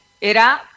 Era